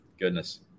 goodness